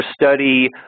study